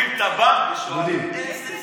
איזה סגנון, איזה סגנון.